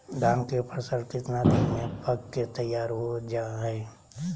धान के फसल कितना दिन में पक के तैयार हो जा हाय?